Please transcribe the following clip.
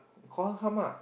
call her come ah